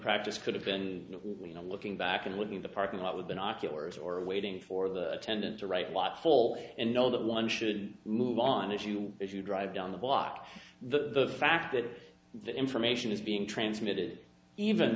practice could have been you know looking back and looking in the parking lot with binoculars or waiting for the attendant to write lot full and know that one should move on if you if you drive down the block the fact that the information is being transmitted even